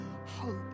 Hope